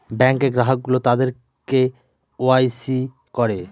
ব্যাঙ্কে গ্রাহক গুলো তাদের কে ওয়াই সি করে